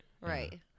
Right